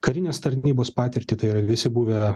karinės tarnybos patirtį tai yra visi buvę